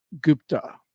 Gupta